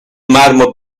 marmo